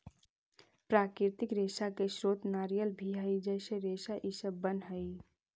प्राकृतिक रेशा के स्रोत नारियल भी हई जेसे रस्सी इ सब बनऽ हई